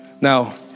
Now